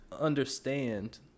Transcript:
understand